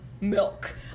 milk